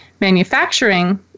manufacturing